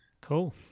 Cool